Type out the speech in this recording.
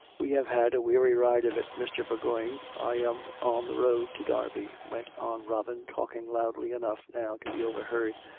we have had a weary ride of it, mr. bourgoign. i am on the road to derby, went on robin, talking loudly enough now to be overheard,